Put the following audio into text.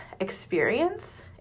experience